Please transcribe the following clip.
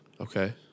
Okay